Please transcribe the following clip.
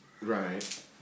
Right